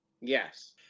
Yes